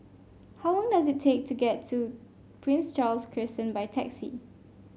how long does it take to get to Prince Charles Crescent by taxi